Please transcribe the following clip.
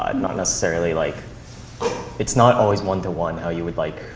ah not necessarily like it's not always one to one how you would like